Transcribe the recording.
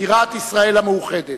בירת ישראל המאוחדת.